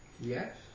Yes